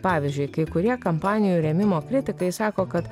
pavyzdžiui kai kurie kampanijų rėmimo kritikai sako kad